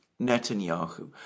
Netanyahu